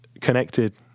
connected